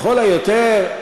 לכל היותר,